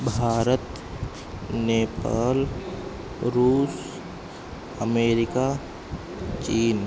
भारतम् नेपाल् रूस् अमेरिका चीना